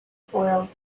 foils